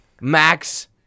Max